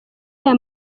aya